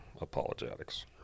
apologetics